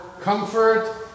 comfort